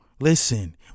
Listen